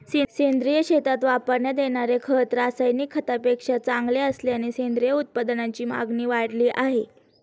सेंद्रिय शेतीत वापरण्यात येणारे खत रासायनिक खतांपेक्षा चांगले असल्याने सेंद्रिय उत्पादनांची मागणी वाढली आहे